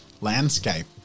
landscape